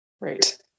Right